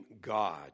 God